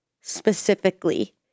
specifically